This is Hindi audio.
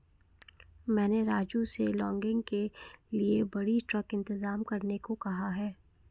मैंने राजू से लॉगिंग के लिए बड़ी ट्रक इंतजाम करने को कहा है